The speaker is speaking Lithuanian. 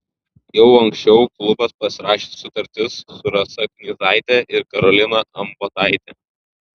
jau anksčiau klubas pasirašė sutartis su rasa knyzaite ir karolina ambotaite